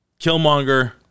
Killmonger